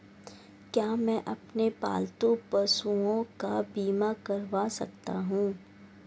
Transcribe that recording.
क्या मैं अपने पालतू पशुओं का बीमा करवा सकता हूं?